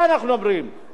על קשישים,